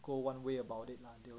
go one way about it